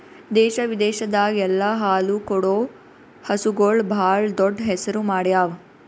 ದೇಶ ವಿದೇಶದಾಗ್ ಎಲ್ಲ ಹಾಲು ಕೊಡೋ ಹಸುಗೂಳ್ ಭಾಳ್ ದೊಡ್ಡ್ ಹೆಸರು ಮಾಡ್ಯಾವು